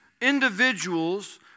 individuals